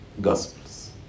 Gospels